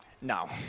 No